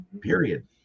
period